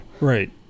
Right